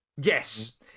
Yes